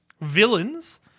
Villains